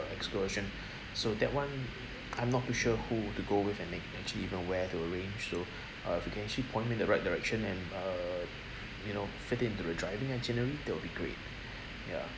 excursion so that [one] I'm not too sure who to go with and make actually even where to arrange so uh if you can actually point me in the right direction and err you know fit it into the driving itinerary that'll be great ya